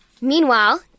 Meanwhile